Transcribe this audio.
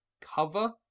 cover